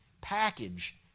package